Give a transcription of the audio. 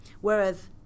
Whereas